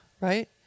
right